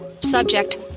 Subject